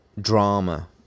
drama